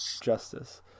justice